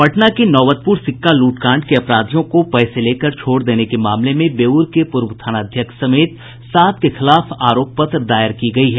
पटना के नौबतप्र सिक्का लूटकांड के अपराधियों को पैसे लेकर छोड़ देने के मामले में बेऊर के पूर्व थानाध्यक्ष समेत सात के खिलाफ आरोप पत्र दायर की गयी है